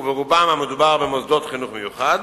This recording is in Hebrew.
וברובם מדובר במוסדות חינוך מיוחד,